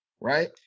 right